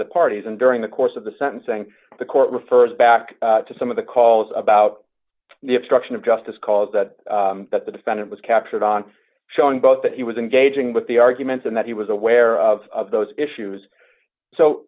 the parties and during the course of the sentencing the court refers back to some of the calls about the obstruction of justice cause that that the defendant was captured on showing both that he was engaging with the arguments and that he was aware of those issues so